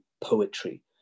poetry